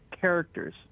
characters